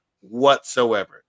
whatsoever